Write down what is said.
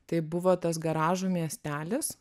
tai buvo tas garažų miestelis